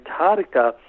Antarctica